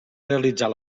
realitzar